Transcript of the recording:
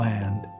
Land